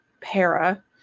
para